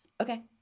Okay